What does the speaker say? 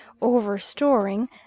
over-storing